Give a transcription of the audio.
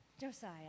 Josiah